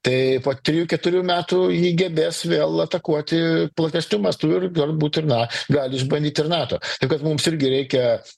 tai po trijų keturių metų ji gebės vėl atakuoti platesniu mastu ir galbūt ir na gali išbandyt ir nato taip kad mums irgi reikia